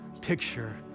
picture